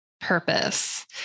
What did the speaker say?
purpose